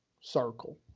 circle